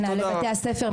מנהלי בתי הספר,